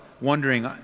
wondering